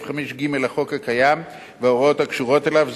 5ג לחוק הקיים וההוראות הקשורות אליו,